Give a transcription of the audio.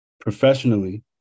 professionally